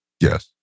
Yes